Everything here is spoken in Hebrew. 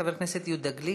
חבר הכנסת יהודה גליק,